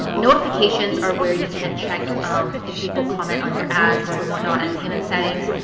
notifications are where you can check if people comment on your ads or whatnot. and payment settings,